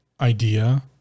idea